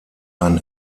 ein